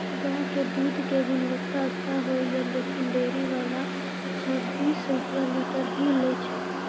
गांव के दूध के गुणवत्ता अच्छा होय या लेकिन डेयरी वाला छब्बीस रुपिया लीटर ही लेय छै?